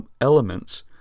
elements